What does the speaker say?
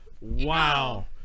Wow